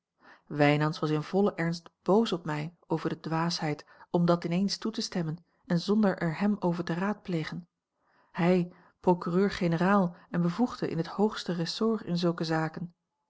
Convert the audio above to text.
wijnands was in vollen ernst boos op mij over de dwaasheid om dat in eens toe te stemmen en zonder er hem over te raadplegen hij procureur-generaal en bevoegde in het hoogste ressort in zulke zaken